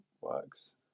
works